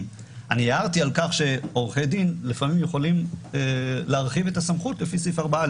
הערתי על-כך שעורכי דין לפעמים יכולים להרחיב את הסמכות לפי סעיף 4א